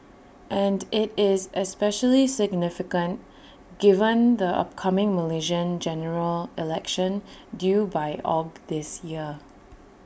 and IT is especially significant given the upcoming Malaysian General Election due by Aug this year